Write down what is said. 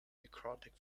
necrotic